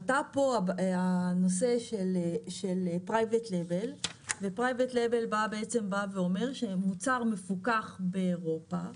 עלה פה נושא של PRIVATE LABEL שבא ואומר שמוצר מפוקח באירופה,